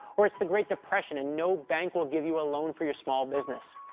or it's the great depression, and no bank will give you a loan for your small business.